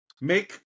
Make